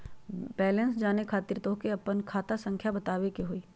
Balance जाने खातिर तोह के आपन खाता संख्या बतावे के होइ?